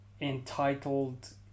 entitled